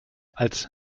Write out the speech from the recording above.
als